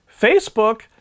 Facebook